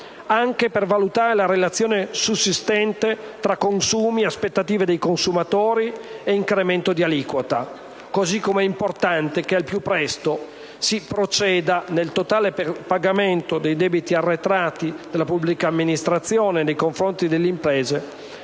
anche per valutare la relazione sussistente tra consumi, aspettative dei consumatori e incremento di aliquota. Così come è importante che al più presto si proceda al totale pagamento dei debiti arretrati della pubblica amministrazione nei confronti delle imprese